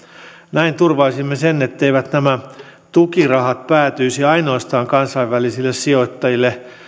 näin turvaisimme sen etteivät nämä tukirahat päätyisi ainoastaan kansainvälisille sijoittajille